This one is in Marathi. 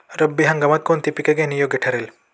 रब्बी हंगामात कोणती पिके घेणे योग्य ठरेल?